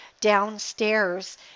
downstairs